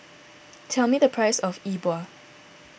tell me the price of Yi Bua